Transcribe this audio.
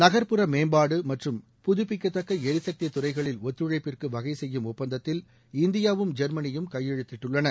நகர்ப்புற மேம்பாடு மற்றும் புதுபிக்கத்தக்க எரிசக்தித் துறைகளில் ஒத்துழைப்பிற்கு வகை செய்யும் ஒப்பந்தத்தில் இந்தியாவும் ஜெர்மனியும் கையெழுத்திட்டுள்ளன